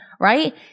Right